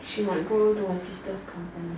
she might go to her sister's company